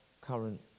current